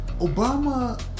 Obama